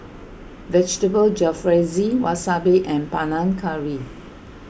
Vegetable Jalfrezi Wasabi and Panang Curry